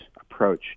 approach